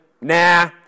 nah